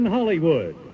Hollywood